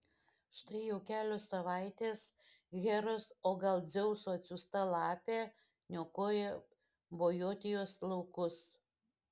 štai jau kelios savaitės heros o gal dzeuso atsiųsta lapė niokoja bojotijos laukus